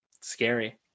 scary